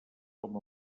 com